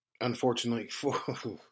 Unfortunately